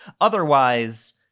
Otherwise